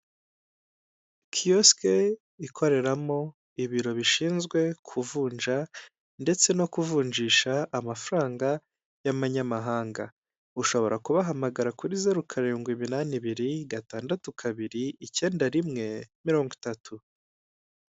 Kiyosike ikoreramo ibiro bishinzwe kuvunja ndetse no kuvunjisha amafaranga y'amanyamahanga, ushobora kubahamagara kuri zeru karindwi imani ibiri gatandatu kabiri icyenda rimwe mirongo itatu.